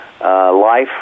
life